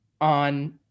on